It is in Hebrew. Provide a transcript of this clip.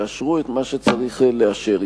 יאשרו את מה שצריך לאשר,